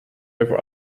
over